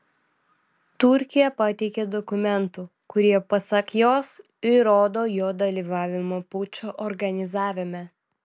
turkija pateikė dokumentų kurie pasak jos įrodo jo dalyvavimą pučo organizavime